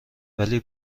ولی